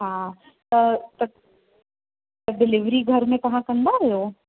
हा त त त डिलीवरी घर में तव्हां कंदा आहियो